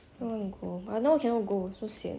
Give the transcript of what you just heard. oh I know I cannot go so sian